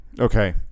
Okay